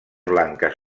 blanques